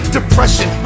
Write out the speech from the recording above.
depression